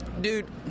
Dude